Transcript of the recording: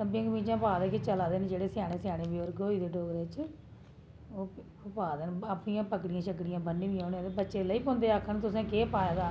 तम्बियां कमीचां पांदे ते चला दे न जेह्ड़े स्याने स्याने बजुर्ग होई दे डोगरें च ते ओह् पांदे न अपनियां पगड़ियां ब'न्नी दियां उ'नें ते बच्चे लग्गी पौंदे आक्खन की तुसें केह् पाये दा